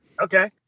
okay